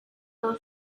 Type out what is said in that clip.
her